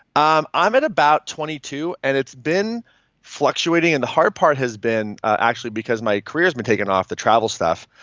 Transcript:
um i'm at about twenty two and it's been fluctuating. and the hard part has been, actually because my career has been taking off, the travel stuff.